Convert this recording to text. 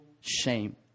shame